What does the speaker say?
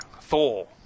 Thor